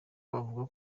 bavuga